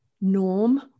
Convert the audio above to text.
norm